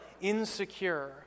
insecure